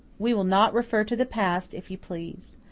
we will not refer to the past, if you please.